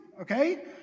okay